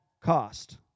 cost